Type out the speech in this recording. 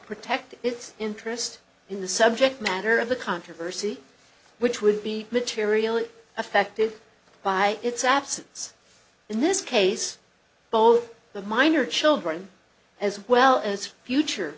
protect its interest in the subject matter of the controversy which would be materially affected by its absence in this case both the minor children as well as future